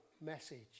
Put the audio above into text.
message